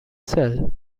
cell